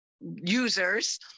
users